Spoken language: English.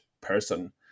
person